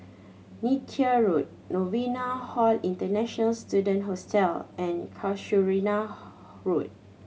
Neythai Road Novena Hall International Student Hostel and Casuarina Road